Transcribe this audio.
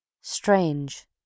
Strange